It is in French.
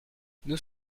nous